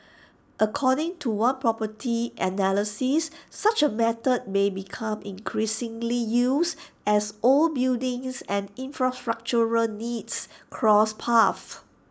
according to one property analyst such A method may become increasingly used as old buildings and infrastructural needs cross paths